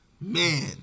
Man